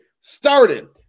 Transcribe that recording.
started